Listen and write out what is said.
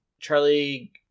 charlie